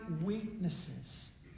weaknesses